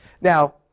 Now